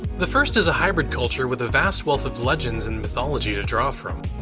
the first is a hybrid culture with a vast wealth of legends and mythology to draw from.